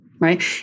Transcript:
right